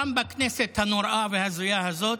וגם בכנסת הנוראה וההזויה הזאת,